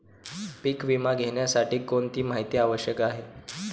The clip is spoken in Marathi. पीक विमा घेण्यासाठी कोणती माहिती आवश्यक आहे?